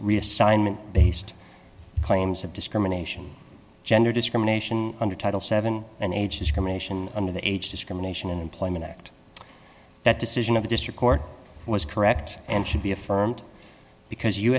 reassignment based claims of discrimination gender discrimination under title seven and age discrimination under the age discrimination in employment act that decision of the district court was correct and should be affirmed because